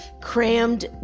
crammed